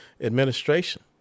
administration